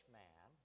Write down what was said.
man